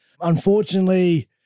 unfortunately –